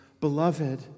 beloved